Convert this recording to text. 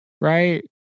right